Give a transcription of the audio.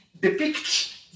depicts